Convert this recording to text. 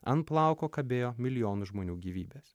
ant plauko kabėjo milijonų žmonių gyvybės